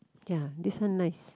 ya this one nice